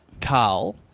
Carl